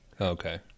Okay